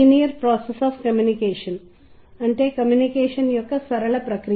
ఆ సందేశాన్ని తెలియజేసే ప్రత్యేక గమనిక అలా కొనసాగింది